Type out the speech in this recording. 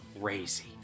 crazy